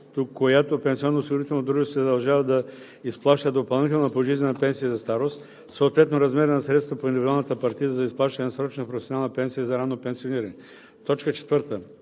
която пенсионноосигурителното дружество се задължава да изплаща допълнителна пожизнена пенсия за старост, съответно размера на средствата по индивидуалната партида за изплащане на срочна професионална пенсия за ранно пенсиониране; 4. покритите